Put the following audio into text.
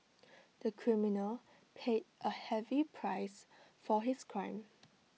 the criminal paid A heavy price for his crime